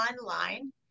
online